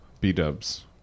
b-dubs